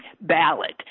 ballot